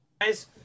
guys